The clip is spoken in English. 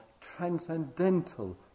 transcendental